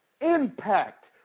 impact